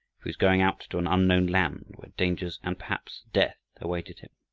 he was going out to an unknown land where dangers and perhaps death awaited him,